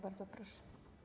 Bardzo proszę.